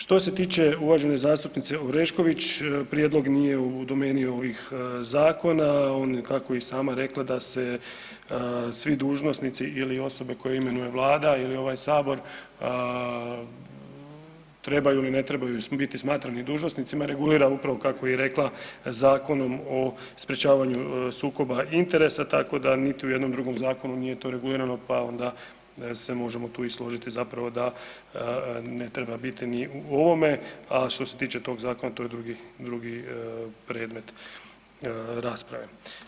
Što se tiče uvažene zastupnice Orešković, prijedlog nije u domeni ovih zakona, on kako je i sama rekla da se svi dužnosnici ili osobe koje imenuje Vlada ili ovaj sabor trebaju ili ne trebaju biti smatrani dužnosnicima, regulira upravo kako je i rekla Zakonom o sprječavanju sukoba interesa tako da niti u jednom drugom zakonu nije to regulirano pa onda se možemo tu i složiti zapravo da ne treba biti ni u ovome, a što se tiče tog zakona to je drugi, drugi predmet rasprave.